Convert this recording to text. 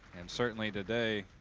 and certainly today,